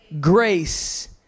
Grace